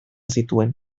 zituen